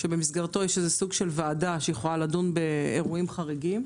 שבמסגרתו יש איזה סוג של ועדה שיכולה לדון באירועים חריגים,